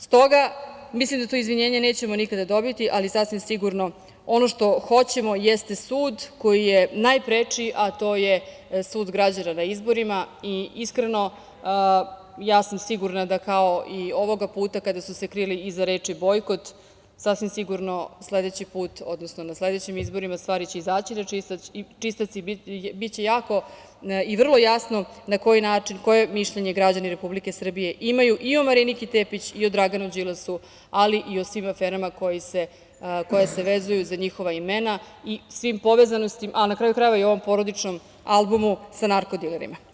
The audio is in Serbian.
Stoga, mislim da to izvinjenje nećemo nikada dobiti, ali sasvim sigurno ono što hoćemo jeste sud koji je najpreči, a to je sud građana na izborima i iskreno ja sam sigurna da kao i ovoga puta kada su se krili iza reči – bojkot, sasvim sigurno sledeći put, odnosno na sledećim izborima stvari će izaći na čistac i biće jako i vrlo jasno na koji način koje mišljenje građani Republike Srbije imaju i o Mariniki Tepić i o Draganu Đilasu, ali i o svim aferama koje se vezuju za njihova imena, a na kraju krajeva i o ovom porodičnom albumu sa narkodilerima.